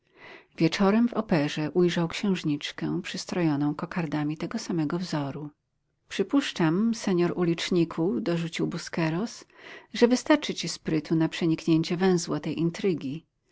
wieczorem w operze ujrzał księżniczkę przystrojoną kokardami tego samego wzoru przypuszczam senor uliczniku dorzucił busqueros że wystarczy ci sprytu na przeniknięcie węzła tej intrygi